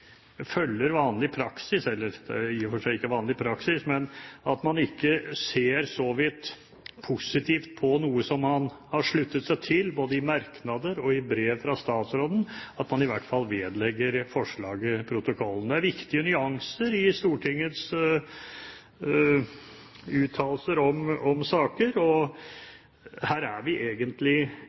ser så vidt positivt på noe som man har sluttet seg til både i merknader og i brev fra statsråden, at man i hvert fall vedlegger forslaget protokollen. Det er viktige nyanser i Stortingets uttalelser om saker, og her er vi egentlig